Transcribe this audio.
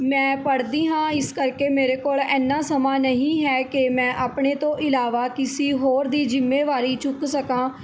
ਮੈਂ ਪੜ੍ਹਦੀ ਹਾਂ ਇਸ ਕਰਕੇ ਮੇਰੇ ਕੋਲ਼ ਇੰਨਾ ਸਮਾਂ ਨਹੀਂ ਹੈ ਕਿ ਮੈਂ ਆਪਣੇ ਤੋਂ ਇਲਾਵਾ ਕਿਸੀ ਹੋਰ ਦੀ ਜ਼ਿੰਮੇਵਾਰੀ ਚੁੱਕ ਸਕਾਂ